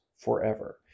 forever